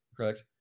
correct